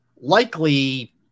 likely